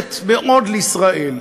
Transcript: שקורצת מאוד לישראל,